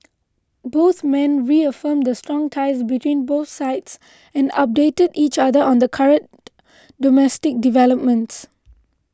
both men reaffirmed the strong ties between both sides and updated each other on current domestic developments